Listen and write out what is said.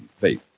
faith